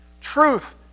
Truth